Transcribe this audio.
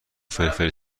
فلفل